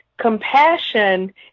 Compassion